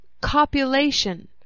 copulation